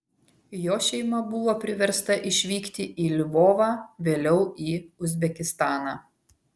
jo šeima buvo priversta išvykti į lvovą vėliau į uzbekistaną